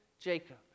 Jacob